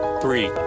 three